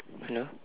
hello